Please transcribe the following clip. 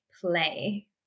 play